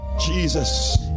Jesus